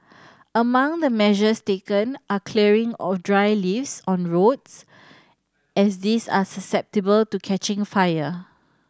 among the measures taken are clearing of dry leaves on roads as these are susceptible to catching fire